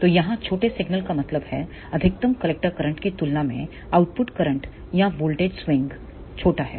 तो यहां छोटे सिग्नल का मतलब है कि अधिकतम कलेक्टर करंट की तुलना में आउटपुट करंट या वोल्टेज स्विंग छोटा है